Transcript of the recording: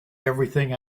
everything